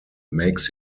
makes